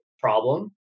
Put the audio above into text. problem